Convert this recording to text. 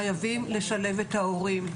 חייבים לשלב את ההורים.